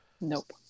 Nope